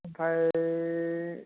आमफ्राय